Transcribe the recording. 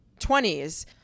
20s